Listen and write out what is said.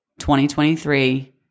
2023